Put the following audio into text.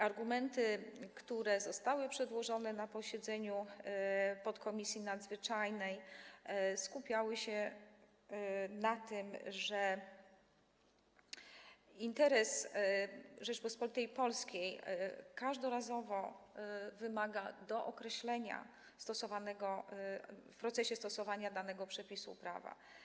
Argumenty, które zostały przedstawione na posiedzeniu podkomisji nadzwyczajnej, skupiały się na tym, że interes Rzeczypospolitej Polskiej każdorazowo wymaga dookreślenia w procesie stosowania danego przepisu prawa.